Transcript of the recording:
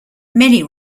many